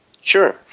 Sure